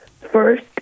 first